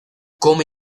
come